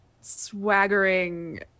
swaggering